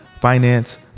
finance